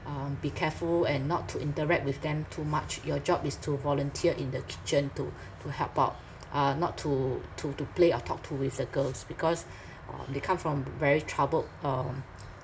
um be careful and not to interact with them too much your job is to volunteer in the kitchen to to help out uh not to to to play or talk to with the girls because um they come from very troubled um